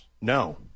No